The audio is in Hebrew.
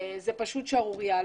זה פשוט שערורייה.